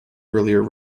earlier